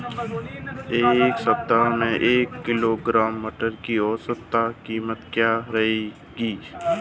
इस सप्ताह एक किलोग्राम मटर की औसतन कीमत क्या रहेगी?